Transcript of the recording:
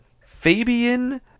Fabian